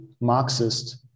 Marxist